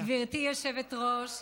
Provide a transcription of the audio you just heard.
היושבת-ראש,